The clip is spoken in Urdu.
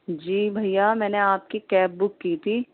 جی بھیا میں نے آپ کی کیب بک کی تھی